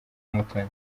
mutoni